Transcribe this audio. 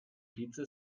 pizza